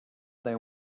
they